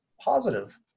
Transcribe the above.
positive